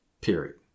Period